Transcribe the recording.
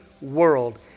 world